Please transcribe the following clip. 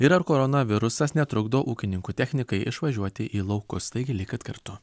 ir ar koronavirusas netrukdo ūkininkų technikai išvažiuoti į laukus taigi likit kartu